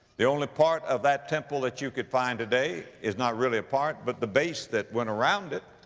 the only part of that temple that you could find today is not really a part but the base that went around it.